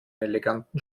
eleganten